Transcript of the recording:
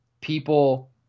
people